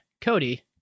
Cody